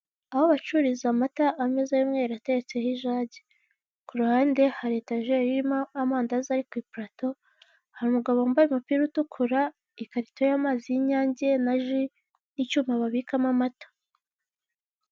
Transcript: Aho bacururiza amata ameza y'umweru ateretseho ijage, ku ruhande hari etajeri irimo amandazi ari ku ipurato hari umugabo wambaye umupira utukura, ikarito y'amazi y'Inyange na ji n'icyuma babikamo amata.